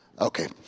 Okay